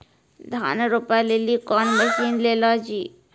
धान रोपे लिली कौन मसीन ले लो जी?